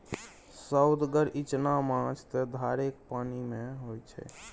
सोअदगर इचना माछ त धारेक पानिमे होए छै